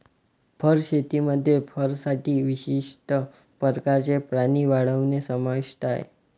fur शेतीमध्ये फरसाठी विशिष्ट प्रकारचे प्राणी वाढवणे समाविष्ट आहे